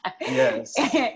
yes